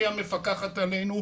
שהיא המפקחת עלינו,